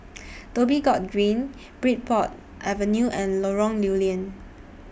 Dhoby Ghaut Green Bridport Avenue and Lorong Lew Lian